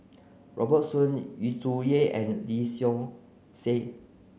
Robert Soon Yu Zhuye and Lee Seow Ser